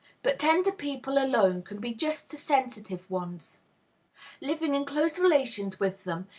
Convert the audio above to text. but tender people alone can be just to sensitive ones living in close relations with them,